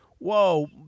Whoa